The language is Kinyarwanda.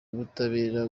y’ubutabera